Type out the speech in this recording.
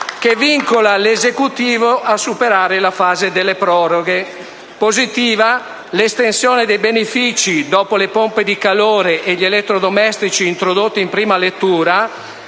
che vincola l'Esecutivo a superare la fase delle proroghe. Positiva l'estensione dei benefici, dopo le pompe di calore e gli elettrodomestici introdotti in prima lettura,